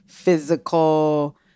physical